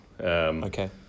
Okay